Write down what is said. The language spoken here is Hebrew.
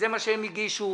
זה מה שהם הגישו.